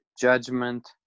judgment